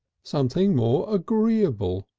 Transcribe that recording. something more agreeable,